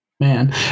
Man